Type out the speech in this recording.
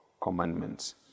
commandments